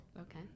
Okay